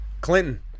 Clinton